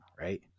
right